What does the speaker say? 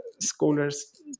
Scholars